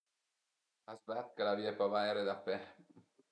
A s'ved che l'avìe pa vaire da fe